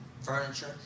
furniture